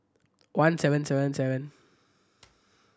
one seven seven seven